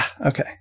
Okay